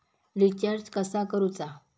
Recharge कसा करूचा?